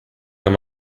him